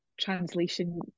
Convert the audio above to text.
translation